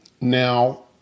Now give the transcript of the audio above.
Now